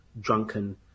drunken